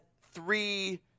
three